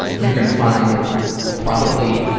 you're gonna find probably